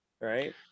right